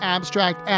Abstract